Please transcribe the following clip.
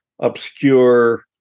obscure